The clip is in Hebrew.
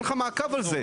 אין לך מעקב על זה.